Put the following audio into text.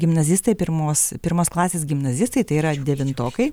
gimnazistai pirmos pirmos klasės gimnazistai tai yra devintokai